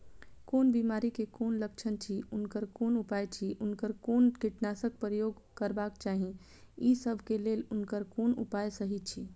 कोन बिमारी के कोन लक्षण अछि उनकर कोन उपाय अछि उनकर कोन कीटनाशक प्रयोग करबाक चाही ई सब के लेल उनकर कोन उपाय सहि अछि?